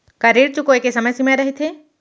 का ऋण चुकोय के समय सीमा रहिथे?